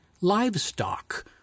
livestock